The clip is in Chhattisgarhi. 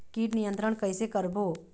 कीट नियंत्रण कइसे करबो?